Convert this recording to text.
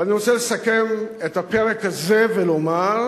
ואני רוצה לסכם את הפרק הזה ולומר,